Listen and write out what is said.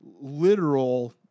literal